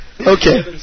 Okay